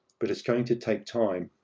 but it's going to take time.